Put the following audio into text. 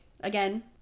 again